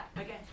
Okay